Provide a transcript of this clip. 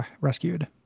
rescued